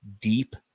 deep